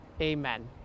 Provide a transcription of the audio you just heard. Amen